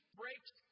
breaks